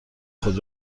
خود